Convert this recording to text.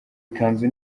ikanzu